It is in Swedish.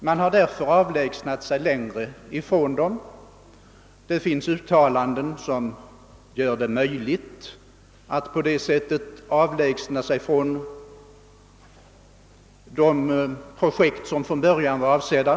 Man har därför avlägsnat sig allt längre från de ursprungligen avsedda forskningsområdena. Det finns ju också uttalanden som gör det möjligt att på det sättet tillgodose andra projekt än sådana som från början var avsedda.